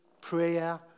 Prayer